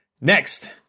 next